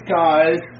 guys